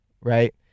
right